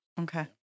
Okay